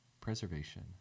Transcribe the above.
preservation